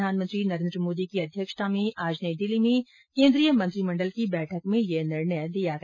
प्रधानमंत्री नरेन्द्र मोदी की अध्यक्षता में आज नई दिल्ली में केन्द्रीय मंत्रीमण्डल की बैठक में यह निर्णय लिया गया